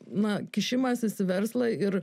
na kišimasis verslą ir